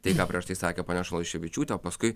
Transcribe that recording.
tai ką prieš tai sakė ponia šalaševičiūtė o paskui